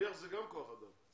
שליחים זה כוח אדם.